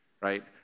right